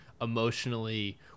emotionally